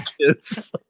kids